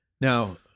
Now